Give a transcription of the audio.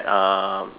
um